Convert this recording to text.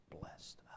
blessed